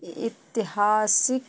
इतिहासिक